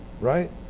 Right